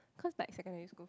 cause like secondary school